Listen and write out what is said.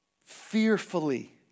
Fearfully